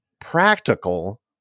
practical